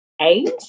age